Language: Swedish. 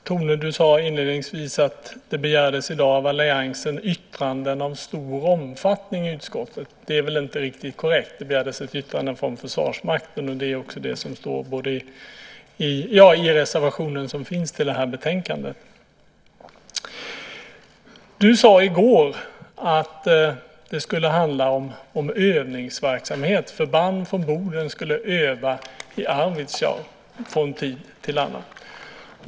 Herr talman! Du sade inledningsvis, Tone, att det i dag av alliansen begärdes yttranden "i stor omfattning" i utskottet. Det är inte riktigt korrekt. Det begärdes ett yttrande från Försvarsmakten. Det är också det som står i den reservation som finns i det här betänkandet. Du sade i går att det skulle handla om övningsverksamhet, att förband från Boden skulle öva i Arvidsjaur från tid till annan.